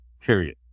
Period